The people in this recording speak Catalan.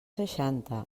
seixanta